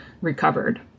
recovered